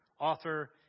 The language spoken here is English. author